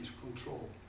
control